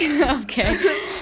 Okay